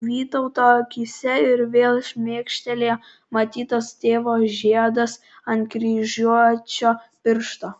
vytauto akyse ir vėl šmėkštelėjo matytas tėvo žiedas ant kryžiuočio piršto